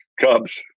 Cubs